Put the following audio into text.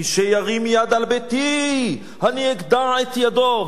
מי שירים יד על ביתי, אני אגדע את ידו".